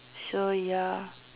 so ya